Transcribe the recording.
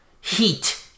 Heat